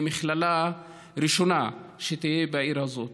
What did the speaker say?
למכללה ראשונה שתהיה בעיר הזאת.